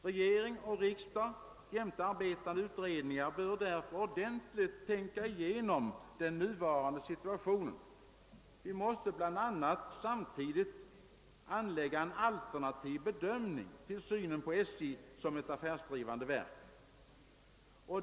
Regering och riksdag jämte arbetande utredningar bör därför ordentligt tänka igenom den nuvarande situationen. De måste bl.a. samtidigt anlägga en alternativ bedömning av synen på SJ som ett affärsdrivande verk.